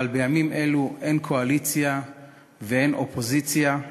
אבל בימים אלו אין קואליציה ואין אופוזיציה.